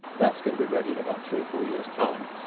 that's going to be ready in about three or four years time.